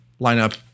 lineup